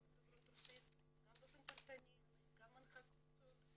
דוברות רוסית גם באופן פרטני וגם בתור מנחת קבוצות.